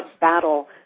battle